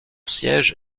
siège